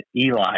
Eli